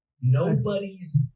Nobody's